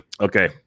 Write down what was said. okay